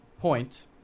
point